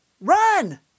Run